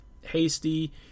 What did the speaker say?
hasty